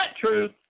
truth